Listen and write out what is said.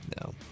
no